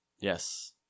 Yes